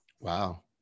Wow